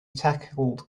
tackled